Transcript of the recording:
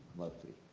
mostly.